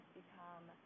become